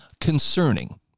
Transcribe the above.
concerning